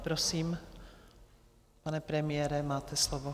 Prosím, pane premiére, máte slovo.